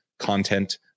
content